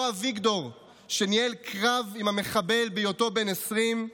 אותו אביגדור שניהל קרב עם המחבל בהיותו בן 20,